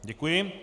Děkuji.